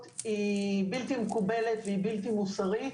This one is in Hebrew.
היא בלתי מקובלת והיא בלתי מוסרית.